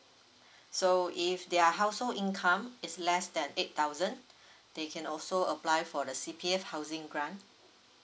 so if their household income is less than eight thousand they can also apply for the C_P_F housing grant